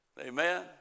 Amen